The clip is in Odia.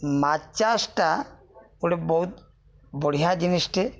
ମାଛ୍ ଚାଷ୍ଟା ଗୋଟେ ବହୁତ ବଢ଼ିଆ ଜିନିଷ୍ଟେ